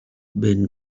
been